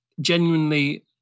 Genuinely